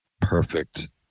perfect